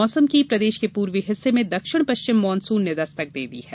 monsoon प्रदेश के पूर्वी हिस्से में दक्षिण पश्चिम मानसून ने दस्तक दे दी है